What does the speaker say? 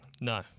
No